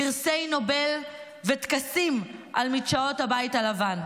פרסי נובל וטקסים על מדשאות הבית הלבן.